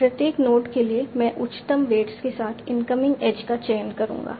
प्रत्येक नोड के लिए मैं उच्चतम वेट्स के साथ इनकमिंग एज का चयन करूंगा